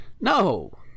No